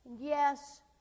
Yes